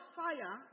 fire